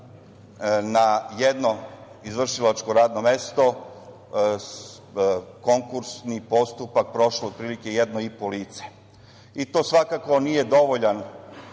na jedno izvršilačko radno mesto, konkursni postupak prošlo, otprilike, jedno i po lice. To svakako nije dovoljan